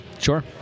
Sure